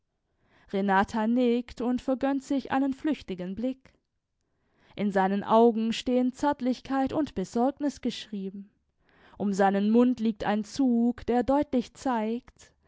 renata nickt und vergönnt sich einen flüchtigen blick in seinen augen stehen zärtlichkeit und besorgnis geschrieben um seinen mund liegt ein zug der deutlich zeigt